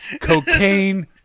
cocaine